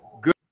good